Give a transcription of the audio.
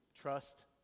trust